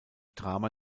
drama